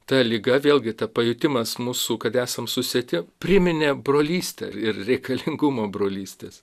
ta liga vėlgi ta pajutimas mūsų kad esam susieti priminė brolystę ir reikalingumą brolystės